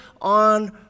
on